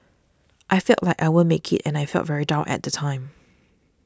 I felt like I won't make it and I felt very down at time